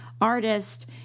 artist